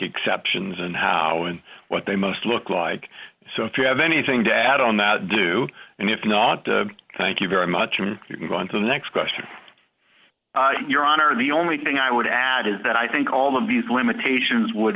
exceptions and how and what they must look like so if you have anything to add on that do and if not thank you very much and you can go on to the next question your honor the only thing i would add is that i think all of these limitations would